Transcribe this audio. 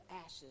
ashes